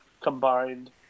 combined